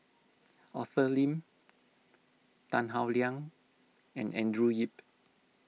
Arthur Lim Tan Howe Liang and Andrew Yip